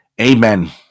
Amen